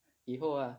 以后 lah